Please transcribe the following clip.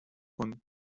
von